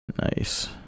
Nice